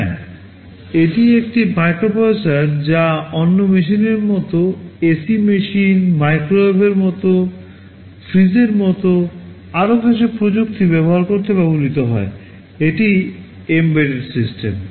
হ্যাঁ এটি একটি মাইক্রোপ্রসেসর যা অন্য মেশিনের মতো এসি মেশিন মাইক্রোওয়েভের মতো ফ্রিজের মতো আরও কিছু প্রযুক্তি ব্যবহার করতে ব্যবহৃত হয় এটি এমবেডেড সিস্টেম